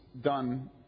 done